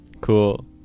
Cool